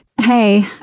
Hey